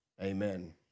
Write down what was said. Amen